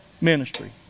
ministry